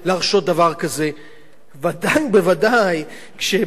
ודאי כשבתי-הספר האלה ממומנים,